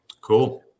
Cool